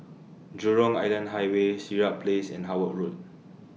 Jurong Island Highway Sirat Place and Howard Road